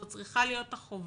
זו צריכה להיות החובה,